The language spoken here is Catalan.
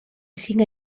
cinc